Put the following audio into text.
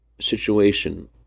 situation